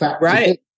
Right